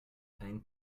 ein